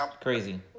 crazy